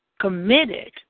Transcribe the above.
committed